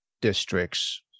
districts